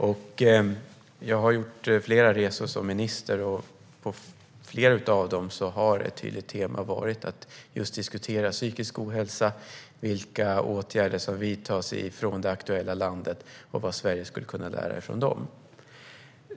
Jag har som minister gjort flera resor, och på flera av dem har ett tydligt tema varit att just diskutera psykisk ohälsa, vilka åtgärder som vidtas i det aktuella landet och vad Sverige skulle kunna lära från det.